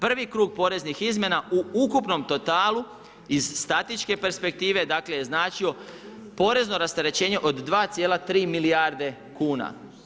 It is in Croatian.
Prvi krug poreznih izmjena u ukupnom totalu iz statičke perspektive je značio porezno rasterećenoj do 2,3 milijarde kuna.